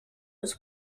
his